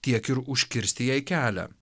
tiek ir užkirsti jai kelią